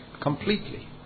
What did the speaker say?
Completely